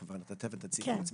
אז בבקשה תציגי את עצמך.